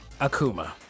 Akuma